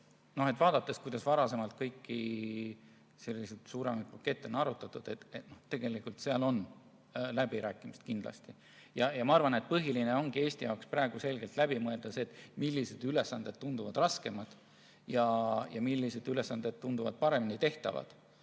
Vaadates, kuidas varem kõiki selliseid suuremaid pakette on arutatud, on kindlasti võimalusi läbirääkimiseks. Ma arvan, et põhiline ongi Eesti jaoks praegu selgelt läbi mõelda, millised ülesanded tunduvad raskemad ja millised ülesanded tunduvad paremini tehtavad.